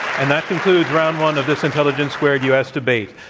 and that concludes round one of this intelligence squared u. s. debate.